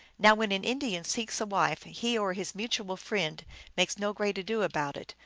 now when an indian seeks a wife, he or his mutual friend makes no great ado about it,